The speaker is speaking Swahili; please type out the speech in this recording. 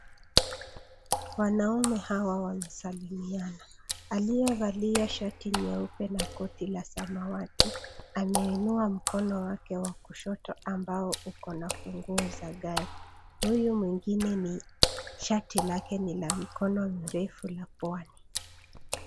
Wanaume hawa wamesalimiana. Aliyevalia shati nyeupe na koti la samawati, ameinua mkono wake wa koshoto ambao uko na funguo za gari. Huyu mwingine ni shati lake kina mikono mirefu la pwani.